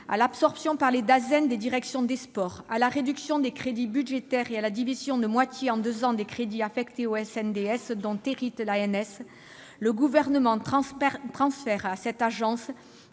nationale, ou Dasen, des directions des sports, à la réduction des crédits budgétaires et à la division de moitié en deux ans des crédits affectés au CNDS dont hérite l'ANS, le Gouvernement transfère à cette agence